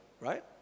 right